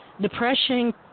depression